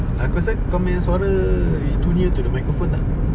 aku rasa kau punya suara is too near to the microphone lah